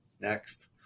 Next